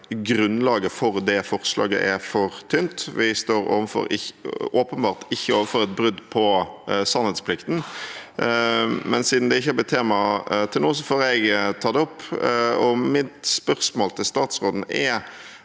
grunnlaget for det forslaget er for tynt. Vi står åpenbart ikke overfor et brudd på sannhetsplikten. Siden det ikke har blitt tema til nå, får jeg ta det opp. Mitt spørsmål til statsråden går